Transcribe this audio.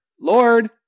Lord